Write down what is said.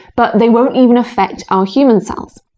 but they won't even affect our human cells.